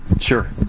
Sure